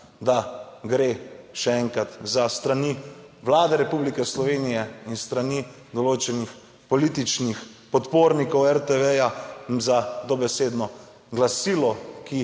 da gre še enkrat, s strani Vlade Republike Slovenije in s strani določenih političnih podpornikov RTV in za dobesedno glasilo, ki